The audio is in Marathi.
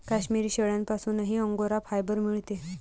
काश्मिरी शेळ्यांपासूनही अंगोरा फायबर मिळते